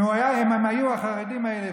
אם החרדים האלה,